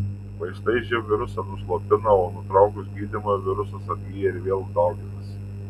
vaistai živ virusą nuslopina o nutraukus gydymą virusas atgyja ir vėl dauginasi